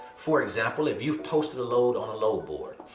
for example, if you've posted a load on a load board,